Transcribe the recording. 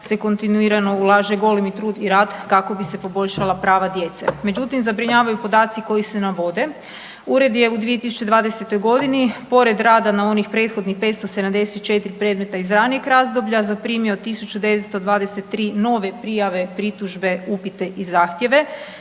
se kontinuirano ulaže golemi trud i rad kako bi se poboljšala prava djece. Međutim, zabrinjavaju podaci koji se navode. Ured je u 2020. godini pored rada na onih prethodnih 574 predmeta iz ranijeg razdoblja zaprimio tisuću 923 nove prijave, pritužbe, upite i zahtjeve